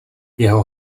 jeho